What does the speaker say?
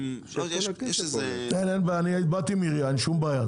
אין בעיה, אני דיברתי עם מירי, אין שום בעיה.